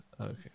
okay